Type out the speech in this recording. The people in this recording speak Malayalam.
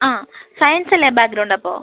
ആ സയൻസ് അല്ലേ ബാക്ക്ഗ്രൗണ്ട് അപ്പോൾ